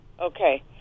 Okay